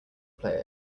player